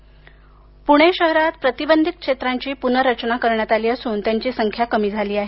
प्रतिबंधित प्रणे शहरात प्रतिबंधित क्षेत्रांची प्नर्रचना करण्यात आली असून त्यांची संख्या कमी झाली आहे